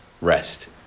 rest